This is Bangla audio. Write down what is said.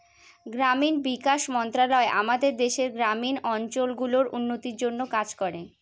গ্রামীণ বিকাশ মন্ত্রণালয় আমাদের দেশের গ্রামীণ অঞ্চল গুলার উন্নতির জন্যে কাজ করে